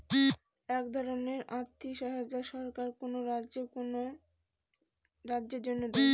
এক ধরনের আর্থিক সহায়তা সরকার কোনো কাজের জন্য দেয়